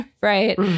right